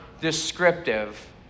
descriptive